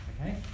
Okay